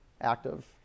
active